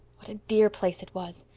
what a dear place it was!